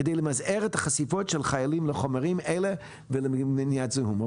כדי למזער את החשיפות של חיילים לחומרים אלה ולמניעת זיהום.